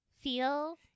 feel